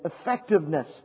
effectiveness